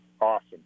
Awesome